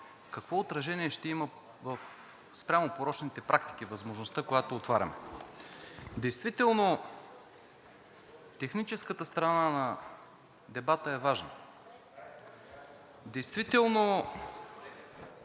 какво отражение ще има спрямо порочните практики, възможността, която отваряме. Действително техническата страна на дебата е важна. Действително